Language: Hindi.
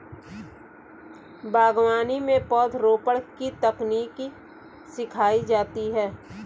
बागवानी में पौधरोपण की तकनीक सिखाई जाती है